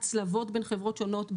הצלבות בין חברות שונות,